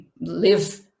live